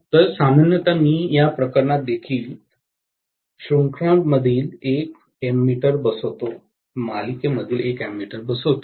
तर सामान्यत मी या प्रकरणात देखील शृंखलामधील एक एमीटर बसवतो